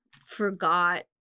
forgot